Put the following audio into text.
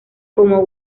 como